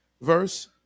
Verse